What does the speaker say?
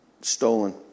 stolen